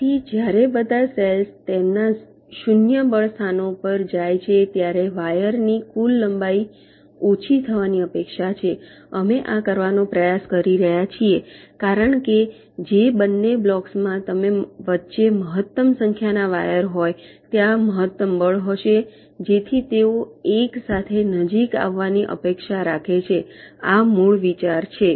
તેથી જ્યારે બધા સેલ્સ તેમના 0 બળ સ્થાનો પર જાય છે ત્યારે વાયર ની કુલ લંબાઈ ઓછી થવાની અપેક્ષા છે અમે આ કરવાનો પ્રયાસ કરી રહ્યા છીએ કારણ કે જે બંને બ્લોક્સમાં તેમની વચ્ચે મહત્તમ સંખ્યાના વાયર હોય ત્યાં મહત્તમ બળ હશે જેથી તેઓ એક સાથે નજીક આવવાની અપેક્ષા રાખે છે આ મૂળ વિચાર છે